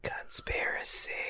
Conspiracy